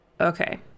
Okay